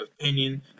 opinion